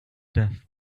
death